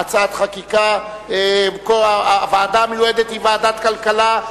מדוע מדובר פה בוועדת חוקה?